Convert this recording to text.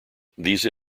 these